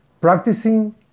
Practicing